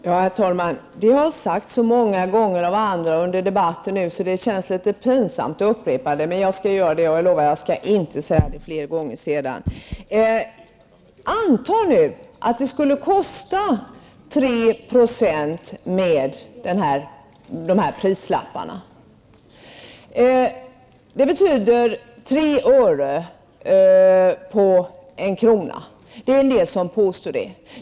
Fru talman! Det här har sagts så många gånger under debatten i dag att det känns litet pinsamt att behöva upprepa det, men jag skall göra det och lovar att jag inte skall säga det fler gånger. Låt oss anta att det skulle kosta 3 % mer för konsumenterna med dessa prislappar. Det betyder tre öre på en krona. Detta är vad en del påstår.